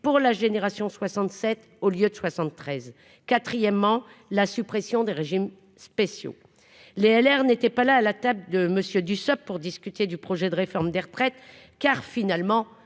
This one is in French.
pour la génération 67 au lieu de 73, quatrièmement, la suppression des régimes spéciaux Les LR n'était pas là à la table de monsieur Dussopt pour discuter du projet de réforme des retraites, car finalement